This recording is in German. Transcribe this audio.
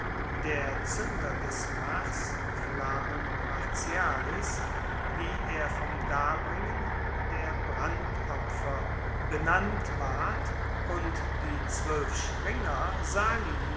der zuender des mars flamen martialis wie er vom darbringen der brandopfer benannt ward und die zwoelf springer